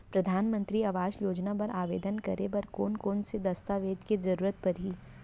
परधानमंतरी आवास योजना बर आवेदन करे बर कोन कोन से दस्तावेज के जरूरत परही?